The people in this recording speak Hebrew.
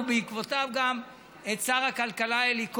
ובעקבותיו גם את שר הכלכלה אלי כהן.